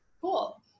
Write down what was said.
Cool